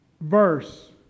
verse